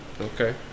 Okay